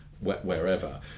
wherever